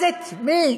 אז את מי